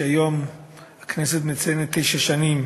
והיום הכנסת מציינת תשע שנים